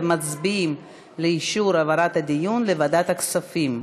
ומצביעים על אישור העברת הדיון לוועדת הכספים.